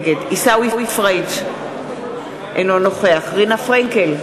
נגד עיסאווי פריג' אינו נוכח רינה פרנקל,